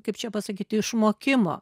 kaip čia pasakyti išmokimo